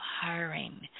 hiring